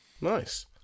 Nice